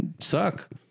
suck